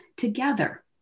Together